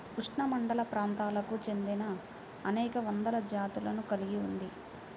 ఉష్ణమండలప్రాంతాలకు చెందినఅనేక వందల జాతులను కలిగి ఉంది